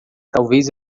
talvez